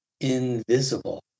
invisible